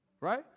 right